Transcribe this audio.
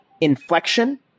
inflection